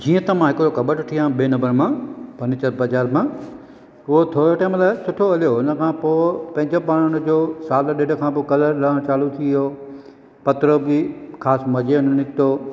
जीअं त मां हिकिड़ो कबड वठी आयुमि ॿिए नंबर मां फर्नीचर बाज़ारि मां उहो थोरे टाइम लाइ सुठो हलियो हुन खां पोइ पंहिंजे पाण हुन जो साल ॾेढ खां पोइ कलर लहण चालू थी वियो पत्र बि ख़ासि मज़े जो न निकितो